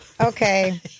Okay